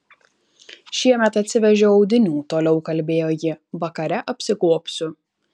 šiemet atsivežiau audinių toliau kalbėjo ji vakare apsigobsiu